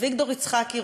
אביגדור יצחקי,